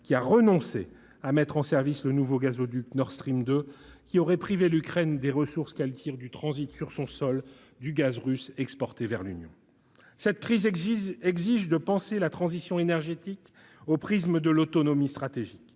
a renoncé à mettre en service le nouveau gazoduc Nord Stream 2- ce dernier aurait privé l'Ukraine des ressources qu'elle tire du transit sur son sol du gaz russe exporté vers l'Union. Cette crise exige de penser la transition énergétique au prisme de l'autonomie stratégique.